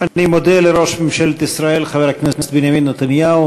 אני מודה לראש ממשלת ישראל חבר הכנסת בנימין נתניהו,